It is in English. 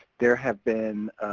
there have been